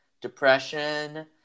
depression